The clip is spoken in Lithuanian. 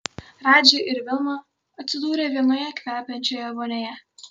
radži ir vilma atsidūrė vienoje kvepiančioje vonioje